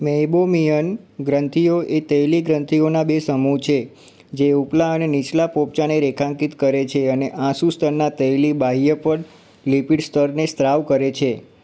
meibomian ગ્રંથીઓ એ તૈલી ગ્રંથીઓના બે સમૂહ છે જે ઉપલા અને નીચલા પોપચાને રેખાંકિત કરે છે અને આંસુ સ્તરના તૈલી બાહ્ય પડ લિપિડ સ્તરને સ્ત્રાવ કરે છે